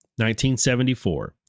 1974